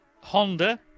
Honda